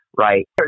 right